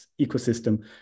ecosystem